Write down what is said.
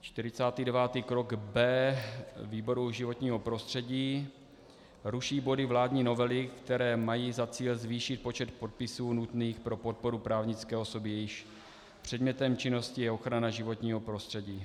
49. krok B výboru životního prostředí ruší body vládní novely, které mají za cíl zvýšit počet podpisů nutných pro podporu právnické osoby, jejímž předmětem činnosti je ochrana životního prostředí.